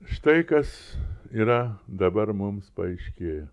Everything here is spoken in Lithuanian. štai kas yra dabar mums paaiškėjo